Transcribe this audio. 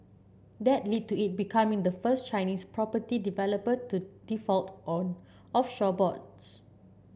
that lead to it becoming the first Chinese property developer to default on offshore bonds